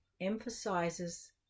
emphasizes